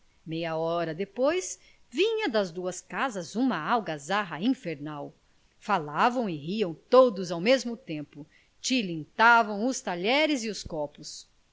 meia hora depois vinha das duas casas uma algazarra infernal falavam e riam todos ao mesmo tempo tilintavam os talheres e os copos